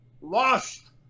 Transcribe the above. Lost